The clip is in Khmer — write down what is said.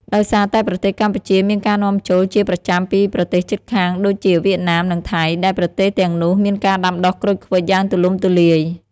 ដោយសារតែប្រទេសកម្ពុជាមានការនាំចូលជាប្រចាំពីប្រទេសជិតខាងដូចជាវៀតណាម និងថៃ ដែលប្រទេសទាំងនោះមានការដាំដុះក្រូចឃ្វិចយ៉ាងទូលំទូលាយ។